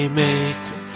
maker